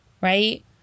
right